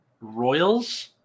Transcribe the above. Royals